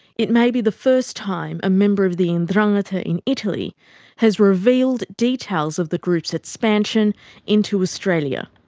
it may be the first time a member of the ndrangheta in italy has revealed details of the group's expansion into australia.